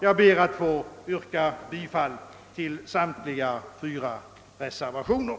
Jag ber att få yrka bifall till samtliga fyra reservationer.